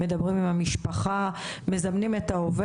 המשפחה הזאת כרגע לא מעניינת אותי.